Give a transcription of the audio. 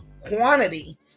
quantity